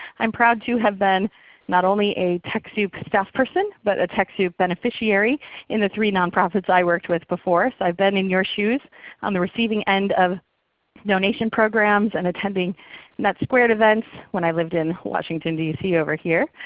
i'm proud to have been not only a techsoup staff person, but a techsoup beneficiary in the three nonprofits i worked with before. so i've been in your shoes on the receiving end of donation programs and attending net squared events when i lived in washington dc over here.